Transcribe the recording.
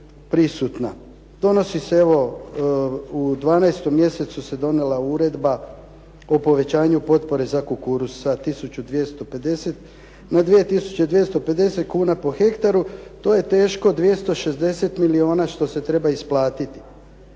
Donosi se evo u 12 mjesecu se donijela Uredba o povećanju potpore za kukuruz sa 1250 na 2250 kn po hektaru. To je teško 260 milijuna što se treba isplatiti.